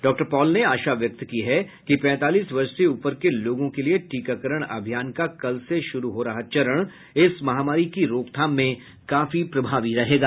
doctor Paul ने आशा व्यक्त की कि पैंतालीस वर्ष से ऊपर के लोगों के लिए टीकाकरण अभियान का कल से शुरू हो रहा चरण इस महामारी की रोकथाम में काफी प्रभावी रहेगा